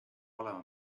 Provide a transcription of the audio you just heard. olema